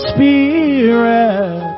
Spirit